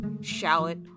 shallot